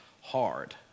hard